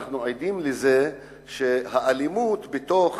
אנחנו עדים לזה שהאלימות בתוך